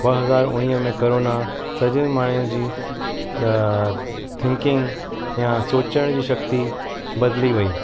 ॿ हज़ार उणिवीह में करोना सॼे माण्हूअ जी थिंंकिंग या सोचण जी शक्ती बदिली वेई